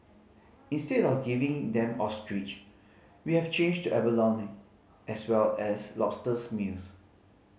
instead of giving them ostrich we have changed to abalone as well as lobster meals